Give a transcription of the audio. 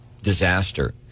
disaster